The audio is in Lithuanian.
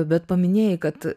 bet paminėjai kad